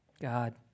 God